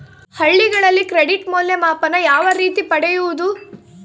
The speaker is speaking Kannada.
ಹಳ್ಳಿಗಳಲ್ಲಿ ಕ್ರೆಡಿಟ್ ಮೌಲ್ಯಮಾಪನ ಯಾವ ರೇತಿ ಪಡೆಯುವುದು?